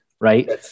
right